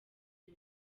iyi